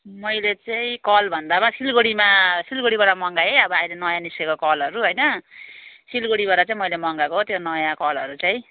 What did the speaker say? मैले चाहिँ कल भन्दामा सिलगढीमा सिलगढीबाट मगाएँ अब अहिले नयाँ निस्किएको कलहरू होइना सिलगढीबाट चाहिँ मैले मगाएको त्यो नयाँ कलहरू चाहिँ